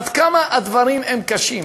עד כמה הדברים הם קשים.